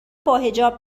باحجاب